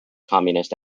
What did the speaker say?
communist